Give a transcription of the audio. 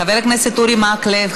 חבר הכנסת אורי מקלב,